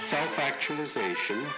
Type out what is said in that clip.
Self-actualization